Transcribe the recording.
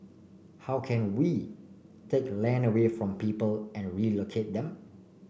how can we take land away from people and relocate them